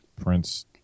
Prince